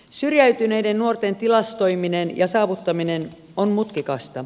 syrjäytyneiden nuorten tilastoiminen ja saavuttaminen on mutkikasta